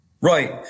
Right